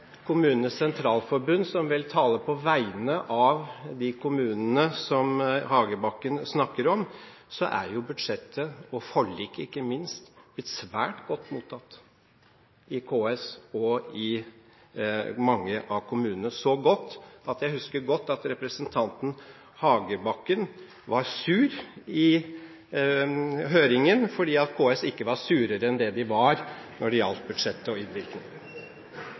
Kommunenes Sentralforbund, som vel taler på vegne av de kommunene som Hagebakken snakker om, er jo budsjettet, og forliket ikke minst, blitt svært godt mottatt i KS og i mange av kommunene – så godt at jeg husker godt at representanten Hagebakken var sur i høringen fordi KS ikke var surere enn det de var når det gjaldt budsjett og innvirkning.